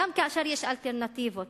גם כאשר יש אלטרנטיבות.